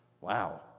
Wow